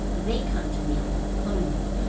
they come to meals hungry.